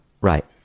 Right